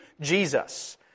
Jesus